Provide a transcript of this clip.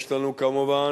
יש לנו כמובן,